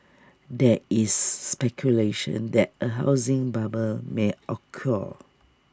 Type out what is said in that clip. there is speculation that A housing bubble may occur